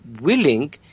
willing